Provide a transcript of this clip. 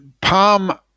Palm